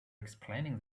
explaining